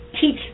teach